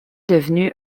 devenu